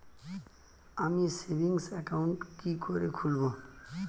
আমি savings account কি করে খুলব?